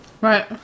Right